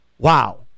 Wow